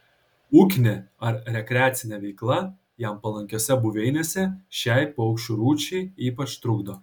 ūkinė ar rekreacinė veikla jam palankiose buveinėse šiai paukščių rūšiai ypač trukdo